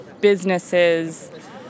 businesses